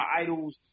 idols